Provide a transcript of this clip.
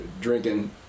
drinking